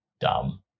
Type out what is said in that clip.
Dumb